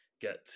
get